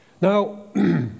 Now